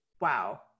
wow